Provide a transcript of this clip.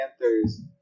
Panthers